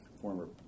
former